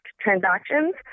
transactions